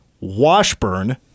Washburn